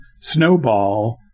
snowball